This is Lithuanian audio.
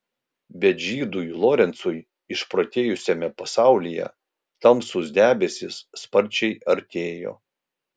bet žydui lorencui išprotėjusiame pasaulyje tamsūs debesys sparčiai artėjo